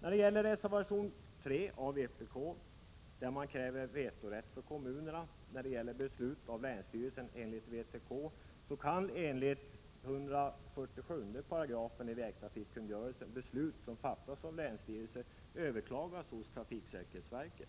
När det gäller reservation nr 3 av vpk, i vilken det krävs vetorätt för kommunerna i fråga om beslut av länsstyrelsen enligt vägtrafikkungörelsen, kan enligt 147 § i vägtrafikkungörelsen beslut som fattas av länsstyrelsen överklagas hos trafiksäkerhetsverket.